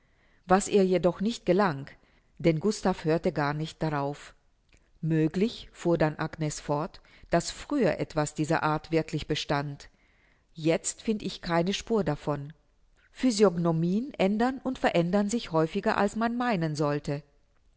was ihr jedoch nicht gelang denn gustav hörte gar nicht darauf möglich fuhr dann agnes fort daß früher etwas dieser art wirklich bestand jetzt find ich keine spur davon physiognomieen ändern und verändern sich häufiger als man meinen sollte